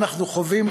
שאנחנו חווים,